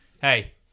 Hey